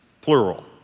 plural